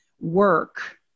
work